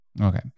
Okay